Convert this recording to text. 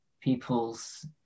people's